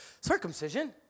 circumcision